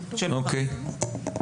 --- אוקיי.